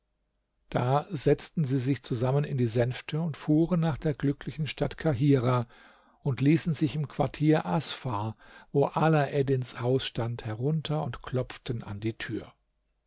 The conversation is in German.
da setzten sie sich zusammen in die sänfte und fuhren nach der glücklichen stadt kahirah und ließen sich im quartier asfar wo ala eddins haus stand herunter und klopften an die tür